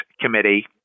Committee